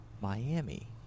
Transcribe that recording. Miami